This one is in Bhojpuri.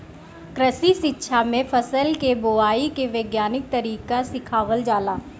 कृषि शिक्षा में फसल के बोआई के वैज्ञानिक तरीका सिखावल जाला